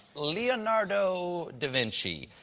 leonardo da vinci.